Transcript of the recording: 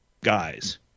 guys